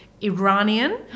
Iranian